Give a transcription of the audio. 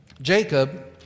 Jacob